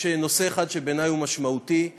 יש נושא אחד שבעיני הוא משמעותי,